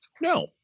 No